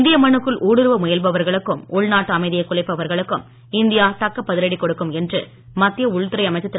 இந்திய மண்ணுக்குள் ஊடுறுவ முயல்பவர்களுக்கும் உள்நாட்டு அமைதியை குலைப்பவர்களுக்கும் இந்தியா தக்க பதிலடி கொடுக்கும் என்று மத்திய உள்துறை அமைச்சர் திரு